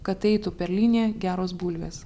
kad eitų per liniją geros bulvės